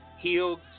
healed